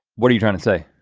what are you trying to say?